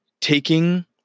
taking